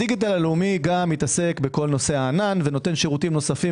הדיגיטל הלאומי גם מתעסק בכל נושא הענן ונותן שירותים נוספים